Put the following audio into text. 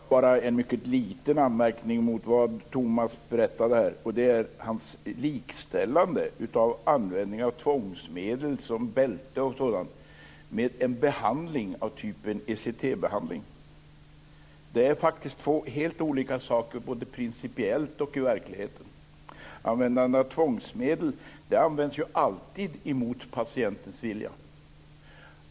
Fru talman! Jag har bara en mycket liten anmärkning mot vad Thomas berättade här. Det gäller hans likställande av användning av tvångsmedel av bälte och sådant med en behandling av typ ECT behandling. Det är faktiskt två helt olika saker - både principiellt och i verkligheten. Användande av tvångsmedel sker ju alltid emot patientens vilja.